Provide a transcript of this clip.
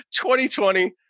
2020